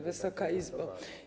Wysoka Izbo!